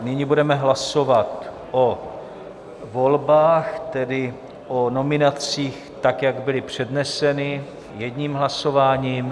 Nyní budeme hlasovat o volbách, tedy o nominacích, tak jak byly předneseny, jedním hlasováním.